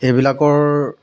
সেইবিলাকৰ